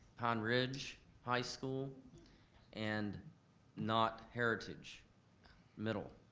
pine ridge high school and not heritage middle.